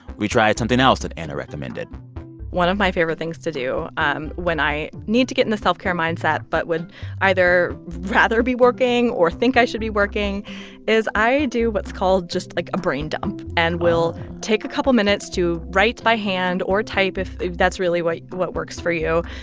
we tried something else that anna recommended one of my favorite things to do um when i need to get in the self-care mindset but would either rather be working or think i should be working is i do what's called just, like, a brain dump and will take a couple minutes to write by hand, or type if if that's really what works for you,